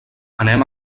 anem